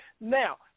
Now